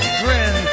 grin